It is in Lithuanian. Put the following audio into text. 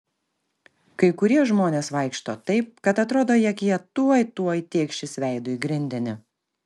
kai kurie žmonės vaikšto taip kad atrodo jog jie tuoj tuoj tėkšis veidu į grindinį